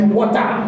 water